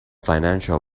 financial